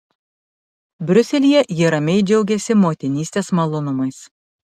briuselyje ji ramiai džiaugiasi motinystės malonumais